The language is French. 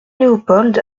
léopold